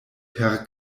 per